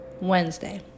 Wednesday